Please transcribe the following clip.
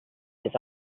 his